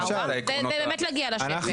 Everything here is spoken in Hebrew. זה באמת להגיע לשפל.